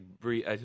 breathe